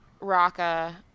Raka